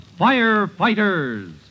Firefighters